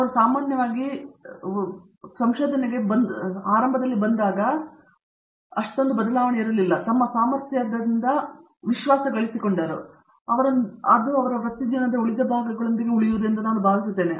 ಅವರು ಸಾಮಾನ್ಯವಾಗಿ ಬಂದಾಗ ಒಂದು ದೊಡ್ಡ ಬದಲಾವಣೆಯು ತಮ್ಮ ಸಾಮರ್ಥ್ಯದ ವಿಶ್ವಾಸ ಮಟ್ಟದಲ್ಲಿದೆ ಮತ್ತು ಅದು ಅವರೊಂದಿಗೆ ತಮ್ಮ ವೃತ್ತಿಜೀವನದ ಉಳಿದ ಭಾಗಗಳೊಂದಿಗೆ ಉಳಿಯುವುದು ಎಂದು ನಾನು ಭಾವಿಸುತ್ತೇನೆ